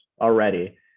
already